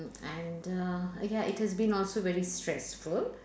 and uh ya it has been also very stressful